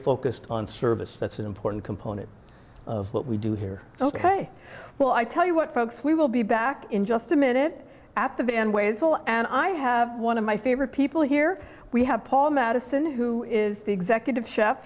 focused on service that's an important component of what we do here ok well i tell you what folks we will be back in just a minute at the end ways so and i have one of my favorite people here we have paul madison who is the executive chef